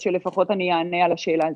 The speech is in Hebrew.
אז לפחות שאני אענה על השאלה הזאת.